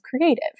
creative